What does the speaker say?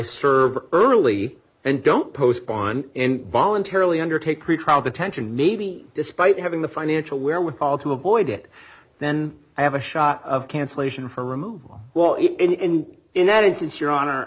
serve early and don't post bond in voluntarily undertake pretrial detention maybe despite having the financial wherewithal to avoid it then i have a shot of cancellation for removal while it and in that instance your honor